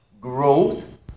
Growth